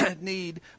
need